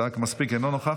צעק מספיק, אינו נוכח,